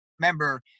remember